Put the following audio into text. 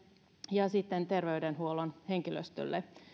ja sitten terveydenhuollon henkilöstölle